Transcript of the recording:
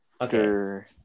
Okay